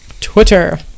Twitter